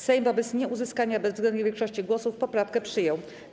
Sejm wobec nieuzyskania bezwzględnej większości głosów poprawkę przyjął.